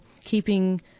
keeping